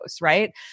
right